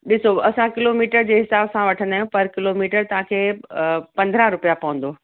ॾिसो असां किलोमीटर जे हिसाब सां वठंदा आहियूं प किलोमीटर तव्हांखे पंद्रहं रुपिया पवंदो